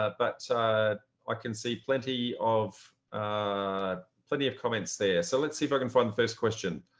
ah but i can see plenty of plenty of comments there. so let's see if i can find the first question.